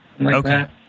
okay